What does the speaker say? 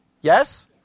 Yes